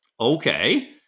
Okay